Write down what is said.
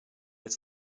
its